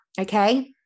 Okay